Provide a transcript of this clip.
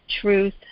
truth